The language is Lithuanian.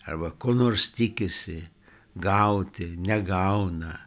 arba ko nors tikisi gauti negauna